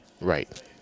right